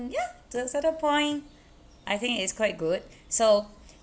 yeah to a certain point I think it's quite good so